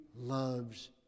loves